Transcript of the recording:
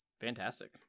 Fantastic